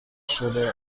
شده